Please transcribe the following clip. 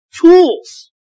tools